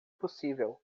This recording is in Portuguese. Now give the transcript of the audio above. possível